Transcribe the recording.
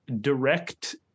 direct